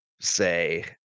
say